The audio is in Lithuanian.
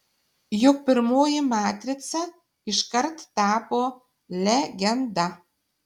juk pirmoji matrica iškart tapo legenda